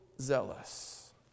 zealous